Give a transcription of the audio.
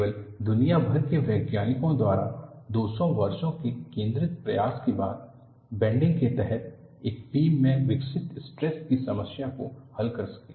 केवल दुनिया भर के वैज्ञानिकों द्वारा 200 वर्षों के केंद्रित प्रयास के बाद बेंडिंग के तहत एक बीम में विकसित स्ट्रेस की समस्या को हल कर सके